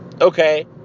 okay